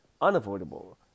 unavoidable